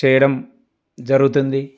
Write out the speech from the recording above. చేయడం జరుగుతుంది